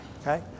okay